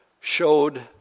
showed